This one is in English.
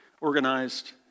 organized